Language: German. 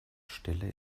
stelle